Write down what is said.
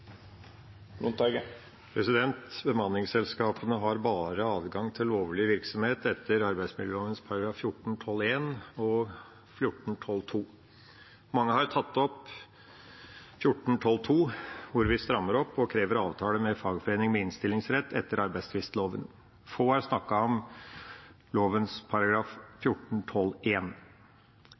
Bemanningsselskapene har bare adgang til lovlig virksomhet etter arbeidsmiljøloven § 14-12 første ledd og 14-12 andre ledd. Mange har tatt opp § 14-12 andre ledd, hvor vi strammer opp og krever avtale med en fagforening med innstillingsrett etter arbeidstvistloven. Få har snakket om lovens